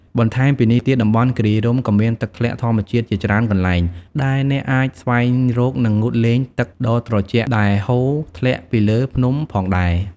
បន្ថែមពីនេះទៀត តំបន់គិរីរម្យក៏មានទឹកធ្លាក់ធម្មជាតិជាច្រើនកន្លែង ដែលអ្នកអាចស្វែងរក និងងូតលេងទឹកដ៏ត្រជាក់ដែលហូរធ្លាក់ពីលើភ្នំផងដែរ។